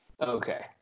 Okay